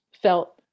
felt